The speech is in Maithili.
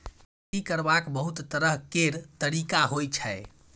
खेती करबाक बहुत तरह केर तरिका होइ छै